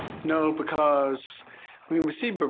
no. because when we see but